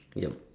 ya